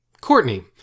Courtney